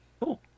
Cool